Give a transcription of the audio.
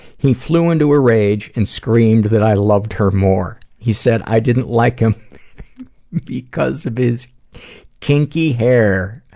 he flew into a rage and screamed that i loved her more. he said i didn't like him because of his kinky hair.